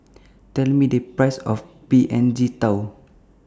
Tell Me The Price of P N G Tao